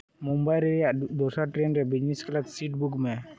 ᱢᱩᱢᱵᱟᱭ ᱨᱮᱭᱟᱜ ᱫᱚᱥᱟᱨ ᱴᱨᱮᱱ ᱨᱮᱭᱟᱜ ᱵᱤᱜᱱᱮᱥ ᱠᱞᱟᱥ ᱥᱤᱴ ᱵᱩᱠ ᱢᱮ